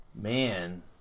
man